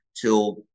till